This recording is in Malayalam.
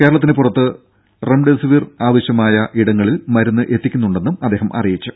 കേരളത്തിന് പുറത്ത് റെംഡെസിവിർ ആവശ്യമായ ഇടങ്ങളിൽ മരുന്ന് എത്തിക്കുന്നുണ്ടെന്നും അദ്ദേഹം അറിയിച്ചു